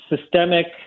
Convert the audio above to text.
systemic